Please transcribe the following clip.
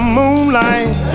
moonlight